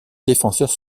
défenseur